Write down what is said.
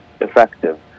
effective